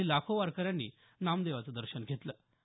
कालही लाखो वारकऱ्यांनी नामदेवाचं दर्शन घेतलं